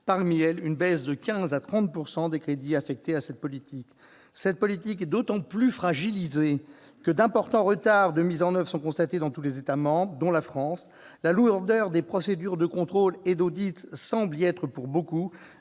Parmi elles, une baisse de 15 % à 30 % des crédits affectés à cette politique. Cette politique est d'autant plus fragilisée que d'importants retards de mise en oeuvre sont constatés dans tous les États membres, dont la France. La lourdeur des procédures de contrôle et d'audit semble y être pour beaucoup,